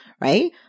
Right